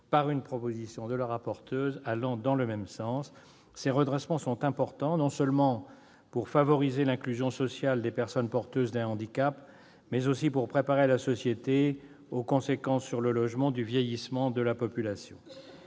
par une proposition de la rapporteur allant dans le même sens. Ces redressements sont importants, non seulement pour favoriser l'inclusion sociale des personnes porteuses d'un handicap, mais aussi pour préparer la société aux conséquences sur le logement du vieillissement de la population.